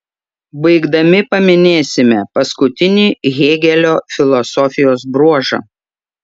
baigdami paminėsime paskutinį hėgelio filosofijos bruožą